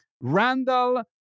Randall